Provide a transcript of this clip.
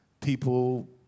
people